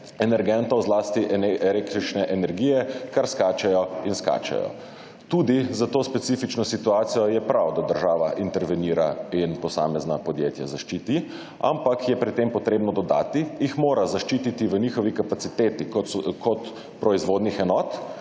energentov zlasti električne energije kar skačejo in skačejo. Tudi za to specifično situacijo je prav, da država intervenira in posamezna podjetja zaščiti, ampak je pri tem potrebno dodati, jih mora zaščiti v njihovi kapaciteti kot proizvodnjah enot